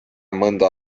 mõnda